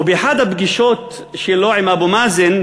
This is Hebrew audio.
ובאחת הפגישות שלו עם אבו מאזן,